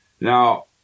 Now